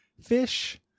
fish